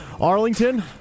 Arlington